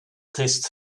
tastes